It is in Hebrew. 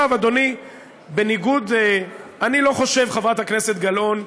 אני לא חושב, חברת הכנסת גלאון,